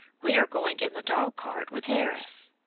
we are going in the dog-cart with harris.